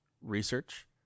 research